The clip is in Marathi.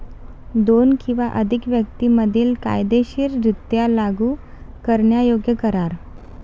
दोन किंवा अधिक व्यक्तीं मधील कायदेशीररित्या लागू करण्यायोग्य करार